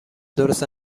درست